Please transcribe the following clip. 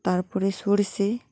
তারপরে সর্ষে